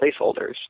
placeholders